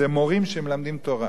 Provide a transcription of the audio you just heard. זה מורים שמלמדים תורה,